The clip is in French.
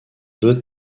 deux